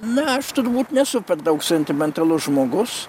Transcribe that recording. na aš turbūt nesu per daug sentimentalus žmogus